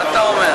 מה אתה אומר?